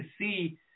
see